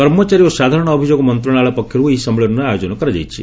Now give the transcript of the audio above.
କର୍ମଚାରୀ ଓ ସାଧାରଣ ଅଭିଯୋଗ ମନ୍ତ୍ରଣାଳୟ ପକ୍ଷରୁ ଏହି ସମ୍ମିଳନୀର ଆୟୋଜନ କରାଯାଇଛି